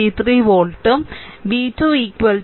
33 വോൾട്ടും v2 5